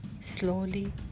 slowly